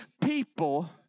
people